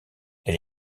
elle